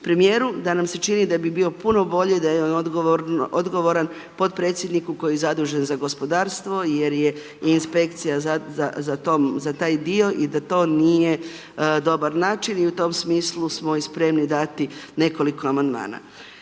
premijeru, da nam se čini da bi bio puno bolji da je on odgovoran podpredsjedniku koji je zadužen za gospodarstvo, jer je inspekcija za taj dio i da to nije dobar način i u tom smislu smo i spremni dati nekoliko amandmana.